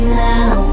now